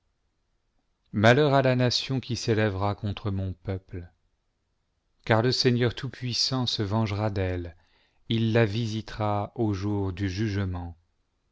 malheur à la nation qui s'élèvera contre mon peuple car le seigneur toutpuissant se vengera d'elle il la visitera au jour du jugement